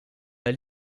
dans